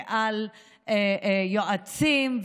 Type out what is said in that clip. על יועצים,